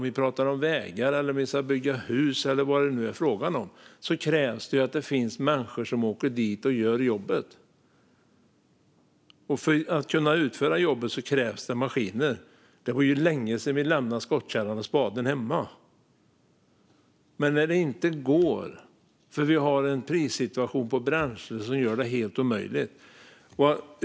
Vid vägbyggen, husbyggen och annat krävs ju både människor som gör jobbet och maskiner, för det var länge sedan vi lämnade skottkärran och spaden hemma. Men nu gör bränslepriserna det omöjligt.